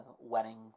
wedding